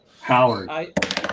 Howard